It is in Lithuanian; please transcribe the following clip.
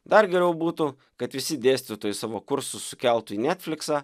dar geriau būtų kad visi dėstytojai savo kursus sukeltų į netfliksą